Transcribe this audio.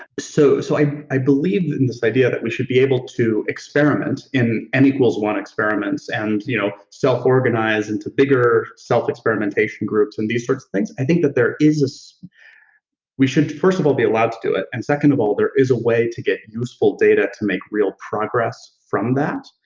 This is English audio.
so so i i believe in this idea that we should be able to experiment in n one experiments and you know self-organize into bigger self-experimentation groups and these sorts of things. i think that there is, we should first of all be allowed to do it, and second of all, there is a way to get useful data to make real progress from that,